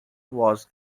was